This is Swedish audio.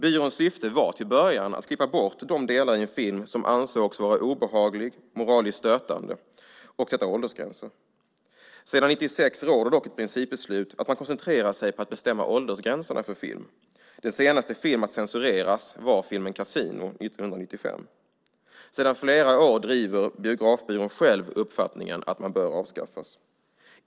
Byråns syfte var till en början att klippa bort de delar i en film som ansågs vara obehagliga eller moraliskt stötande och att sätta åldersgränser. Sedan 1996 gäller dock ett principbeslut som innebär att man koncentrerar sig på att bestämma åldersgränserna för film. Den senaste filmen att censureras var Casino 1995. Sedan flera år driver Biografbyrån själv uppfattningen att man bör avskaffas.